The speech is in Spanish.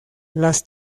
las